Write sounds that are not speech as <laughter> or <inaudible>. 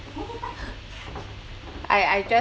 <laughs> I I just